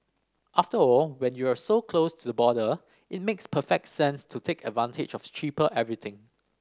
after all when you're so close to the border it makes perfect sense to take advantage of cheaper everything